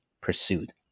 pursued